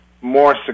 more